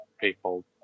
people